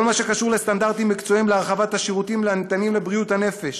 כל מה שקשור לסטנדרטים מקצועיים להרחבת השירותים הניתנים לבריאות הנפש,